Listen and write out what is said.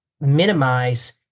minimize